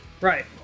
Right